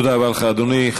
תודה רבה לך, אדוני.